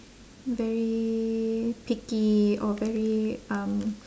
very picky or very um